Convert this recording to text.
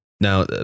Now